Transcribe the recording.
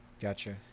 Gotcha